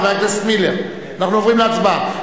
חבר הכנסת מילר, אנחנו עוברים להצבעה.